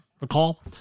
recall